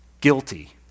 guilty